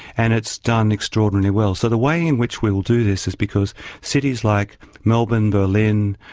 and it's done extraordinarily well. so the way in which we will do this is because cities like melbourne, berlin,